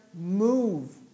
move